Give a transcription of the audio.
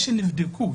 שנבדקו,